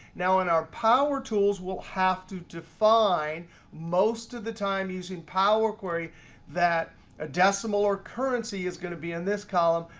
now, in our power tools, we'll have to define most of the time using power query that a decimal or currency is going to be in this column,